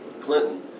Clinton